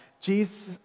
Jesus